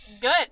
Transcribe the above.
Good